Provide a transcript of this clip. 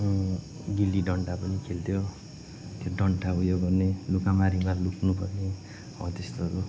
गिल्ली डन्डा पनि खेल्थ्यो त्यो डन्ठा उयो गर्ने लुकामारीमा लुक्नु पर्ने हो त्यस्तोहरू